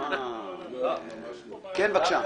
בבקשה.